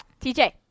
TJ